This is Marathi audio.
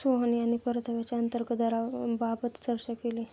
सोहन यांनी परताव्याच्या अंतर्गत दराबाबत चर्चा केली